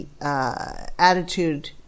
attitude